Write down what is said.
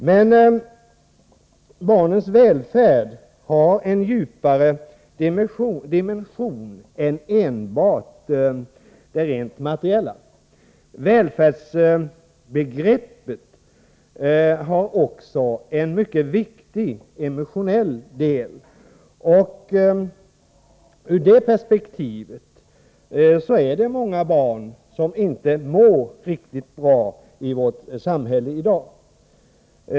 Men barnens välfärd har en djupare dimension än enbart det rent materiella. I välfärdsbegreppet ingår också en mycket viktig emotionell del, och i det perspektivet är det många barn som inte mår riktigt bra i vårt samhälle i dag.